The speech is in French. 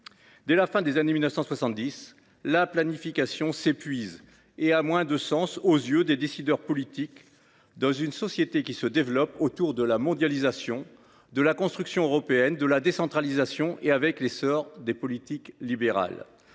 Dès la fin des années 1970, la planification s’épuise et a moins de sens aux yeux des décideurs politiques dans une société qui se développe autour de la mondialisation, de la construction européenne, de la décentralisation, et avec l’essor des politiques libérales.